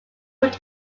old